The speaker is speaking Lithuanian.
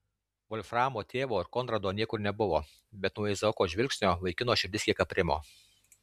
volframo tėvo ir konrado niekur nebuvo bet nuo izaoko žvilgsnio vaikino širdis kiek aprimo